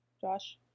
Josh